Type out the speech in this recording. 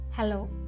Hello